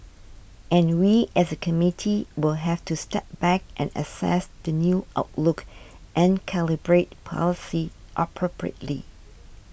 and we as a committee will have to step back and assess the new outlook and calibrate policy appropriately